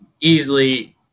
easily